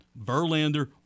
Verlander